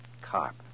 Carp